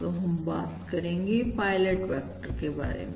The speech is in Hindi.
तो हम बात करेंगे पायलट वेक्टर के बारे में